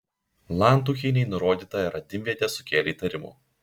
lantuchienei nurodyta radimvietė sukėlė įtarimų